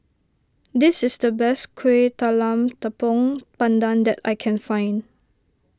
this is the best Kuih Talam Tepong Pandan that I can find